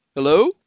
hello